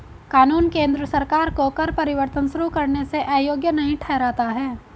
कानून केंद्र सरकार को कर परिवर्तन शुरू करने से अयोग्य नहीं ठहराता है